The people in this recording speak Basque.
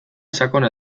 sakona